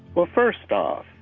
well, first off,